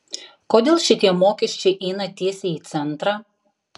kodėl šitie mokesčiai eina tiesiai į centrą